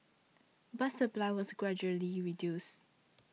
but supply was gradually reduced